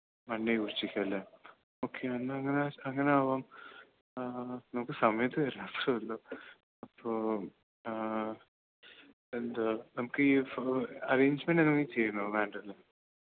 Monday ഉച്ചയ്ക്കല്ലേ okay എന്നാൽ അങ്ങനെ അങ്ങനെയാവാം നമുക്ക് സമയത്ത് എത്തുമല്ലോ അപ്പോൾ എന്തുവാ നമുക്ക് ഈ ഫു അറേഞ്ച്മെൻ്റ് എന്തെങ്കി ചെയ്യണോ വേണ്ടല്ലോ